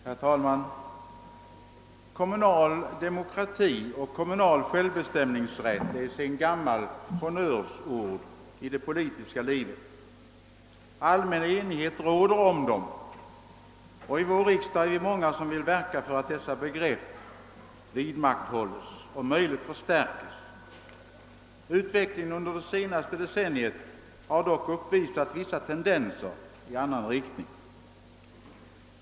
Herr talman! Kommunal demokrati och kommunal självbestämningsrätt är sedan gammalt honnörsord i det politiska livet. Allmän enighet råder om dem. I vår riksdag är vi många som vill verka för att dessa begrepp vidmakthålles och om möjligt stärkes. Utvecklingen under det senaste decenniet har dock uppvisat vissa tendenser i annan riktning.